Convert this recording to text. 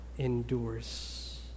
endures